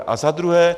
A za druhé.